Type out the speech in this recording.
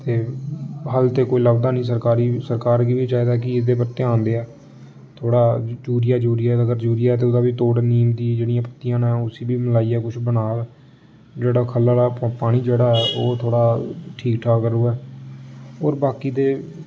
ते हल ते कोई लभदा निं सरकारी सरकार गी बी चाहिदा कि एह्दे पर ध्यान देऐ थोह्ड़ा यूरिया यूरिया ते अगर यूरिया ऐ ते ओह्दा बी तोड़ नीम दी जेह्ड़ियां पत्तियां न उस्सी बी मलाइयै कुछ बनाऽ जेह्ड़ा ख'ल्ला आह्ला पानी जेह्ड़ा ऐ ओह् थोह्ड़ा ठीक ठाक करो ते होर बाकी ते